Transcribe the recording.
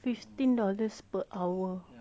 fifteen dollars per hour